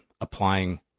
applying